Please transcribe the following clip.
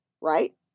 right